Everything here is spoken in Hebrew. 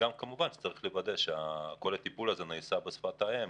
וגם כמובן צריך לוודא שכל הטיפול הזה נעשה בשפת האם,